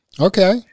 okay